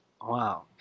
Wow